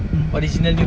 mm